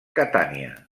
catània